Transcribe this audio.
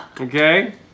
Okay